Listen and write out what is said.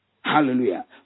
Hallelujah